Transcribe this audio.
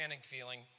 feeling